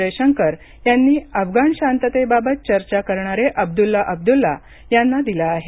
जयशंकर यांनी अफगाण शाततेबाबत चर्चा करणारे अब्दुल्ला अब्दुल्ला यांना दिलं आहे